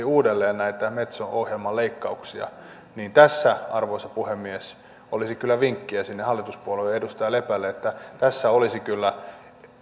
uudelleen näitä metso ohjelman leikkauksia niin tässä arvoisa puhemies olisi kyllä vinkkiä sinne hallituspuolueen edustaja lepälle että tässä olisi kyllä